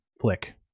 flick